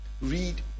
read